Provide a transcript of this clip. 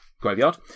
graveyard